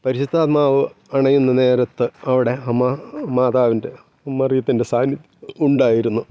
പരിശുദ്ധാത്മാവ് അണയുന്ന നേരത്ത് അവിടെ അമ്മ മാതാവിൻ്റെ മറിയത്തിൻ്റെ സാനിധ്യം ഉണ്ടായിരുന്നു